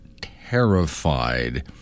terrified